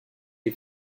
les